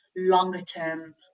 longer-term